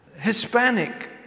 Hispanic